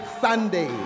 Sunday